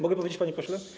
Mogę powiedzieć, panie pośle?